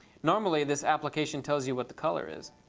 normally, this application tells you what the color is,